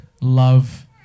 love